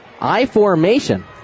I-formation